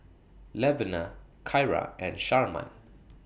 Levina Kyra and Sharman